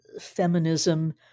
feminism